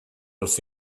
wrth